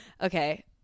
okay